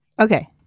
Okay